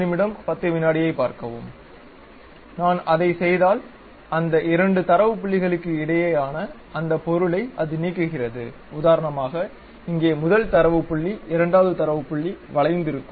நான் அதை செய்தால் அந்த இரண்டு தரவு புள்ளிகளுக்கிடையேயான அந்த பொருளை அது நீக்குகிறது உதாரனமாக இங்கே முதல் தரவு புள்ளி இரண்டாவது தரவு புள்ளி வளைந்திருக்கும்